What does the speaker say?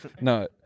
no